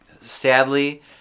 sadly